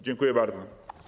Dziękuję bardzo.